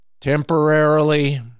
temporarily